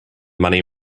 money